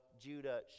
Judah